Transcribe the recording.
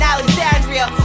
Alexandria